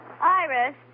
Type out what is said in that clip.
Iris